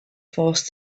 forced